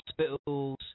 hospitals